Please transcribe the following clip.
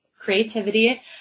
creativity